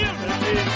Unity